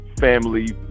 family